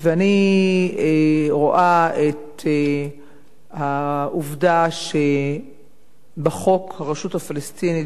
אני רואה את העובדה שבחוקיה של הרשות הפלסטינית